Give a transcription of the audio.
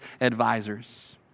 advisors